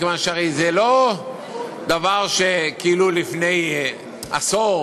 מכיוון שזה לא דבר שכאילו היה לפני עשור,